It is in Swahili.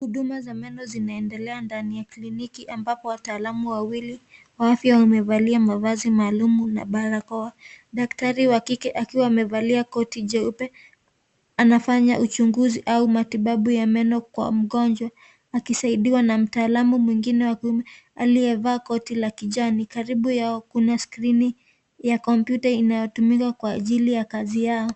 Huduma za meno zinaendelea ndani ya kliniki. Ambapo wataalamu wawili wa afya wamevalia mavazi maalum na barakoa. Daktari wa kike akiwa amevalia koti jeupe anafanya uchunguzi au matibabu ya meno kwa mgonjwa. Akisaidiwa na mtaalamu mwingine wa kiume aliyevaa koti la kijani. Karibuni yao kuna sikrini ya kompyuta inayotumika kwa ajili ya kazi yao.